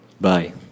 bye